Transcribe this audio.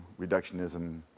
reductionism